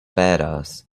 badass